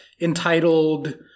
entitled